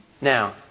Now